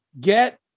get